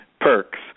perks